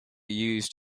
used